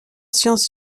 sciences